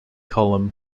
column